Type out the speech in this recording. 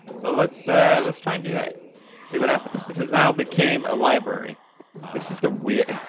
so let's ah let's try and do that see what happened. this has now became a library this is the weird.